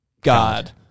God